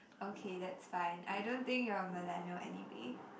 okay that's fine I don't think you're a millennial anyway